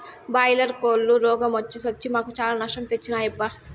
boiler కోల్లు రోగ మొచ్చి సచ్చి మాకు చాలా నష్టం తెచ్చినాయబ్బా